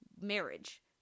marriage